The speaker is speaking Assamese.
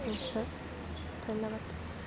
নিশ্চয় ধন্য়বাদ